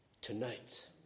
tonight